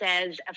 says